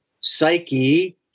psyche